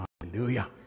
Hallelujah